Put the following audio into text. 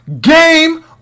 game